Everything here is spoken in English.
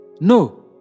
No